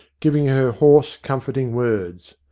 giving her hoarse, comforting words.